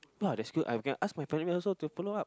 ya that's good I can ask practical also to follow up